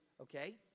okay